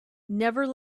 never